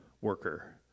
Worker